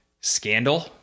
scandal